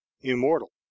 immortal